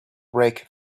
brake